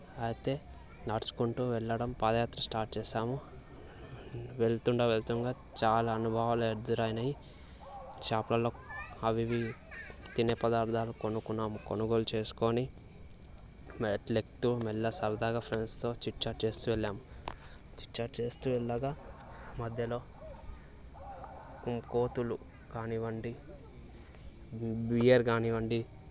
అయితే నడుచుకుంటు వెళ్ళడం పాదయాత్ర స్టార్ట్ చేసాము వెళ్తుండ వెళ్తుండగా చాలా అనుభవాలు ఎదురైనాయి చెప్పలేం అవి ఇవి తినే పదార్థాలు కొనుక్కున్నాము కొనుగోలు చేసుకుని మెట్లు ఎక్కుతు మెల్లగా సరదాగా ఫ్రెండ్స్తో చిక్చాట్ చేస్తు వెళ్ళాం చిట్చాట్ చేస్తు వెళ్ళగా మధ్యలో కోతులు కానివ్వండి బేర్ కానివ్వండి